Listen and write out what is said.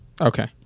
Okay